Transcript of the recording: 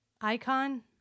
icon